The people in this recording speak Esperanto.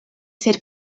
sed